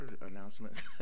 announcement